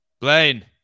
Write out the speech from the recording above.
Blaine